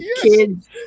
kids